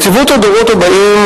נציבות הדורות הבאים,